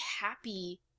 happy